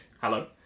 Hello